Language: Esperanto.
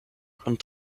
kun